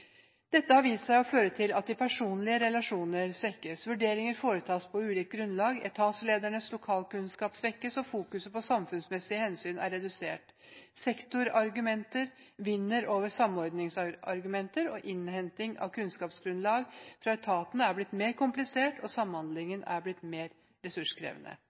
Dette har vist seg å føre til at de personlige relasjoner svekkes, vurderinger foretas på ulikt grunnlag, etatsledernes lokalkunnskap svekkes, og fokuset på samfunnsmessige hensyn er redusert. Sektorargumenter vinner over samordningsargumenter, innhenting av kunnskapsgrunnlag fra etatene er blitt mer komplisert, og samhandlingen er blitt mer ressurskrevende.